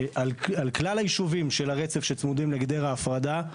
על כלל היישובים של הרצף שצמודים לגדר ההפרדה.